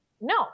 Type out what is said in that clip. No